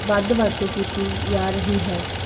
ਵੱਧ ਵਰਤੋਂ ਕੀਤੀ ਜਾ ਰਹੀ ਹੈ